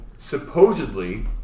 supposedly